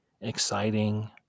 exciting